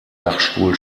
dachstuhl